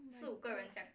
oh my god